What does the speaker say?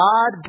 God